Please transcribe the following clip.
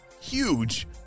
huge